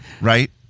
right